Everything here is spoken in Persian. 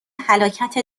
هلاکت